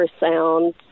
ultrasound